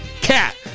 Cat